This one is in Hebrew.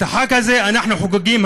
את החג הזה אנחנו חוגגים,